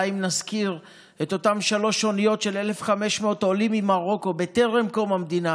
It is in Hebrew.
די אם נזכיר את אותן שלוש אוניות של 1,500 עולים ממרוקו בטרם קום המדינה